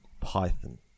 Python